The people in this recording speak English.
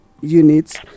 units